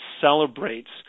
celebrates